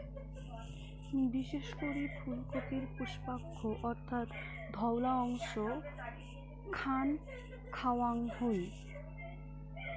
বিশেষ করি ফুলকপির পুষ্পাক্ষ অর্থাৎ ধওলা অংশ খান খাওয়াং হই